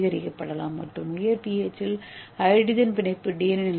ஏ D சுத்திகரிக்கப்படலாம் மற்றும் உயர் pH இல் ஹைட்ரஜன் பிணைப்பு டி